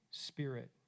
Spirit